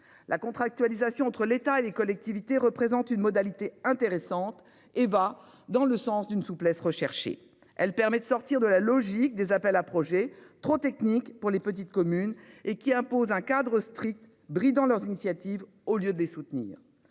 la contractualisation entre l'État et les collectivités représente une modalité intéressante et va dans le sens d'une souplesse recherchée. Elle permet de sortir de la logique des appels à projets trop technique pour les petites communes et qui impose un cadre strict bridant leurs initiatives. Au lieu de les soutenir